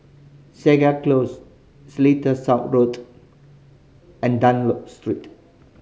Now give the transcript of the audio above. Segar Close Seletar South Road and Dunlop Street